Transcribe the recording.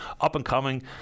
up-and-coming